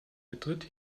betritt